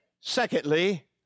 Secondly